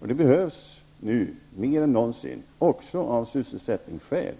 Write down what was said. Det behövs nu mer än någonsin också av sysselsättningsskäl.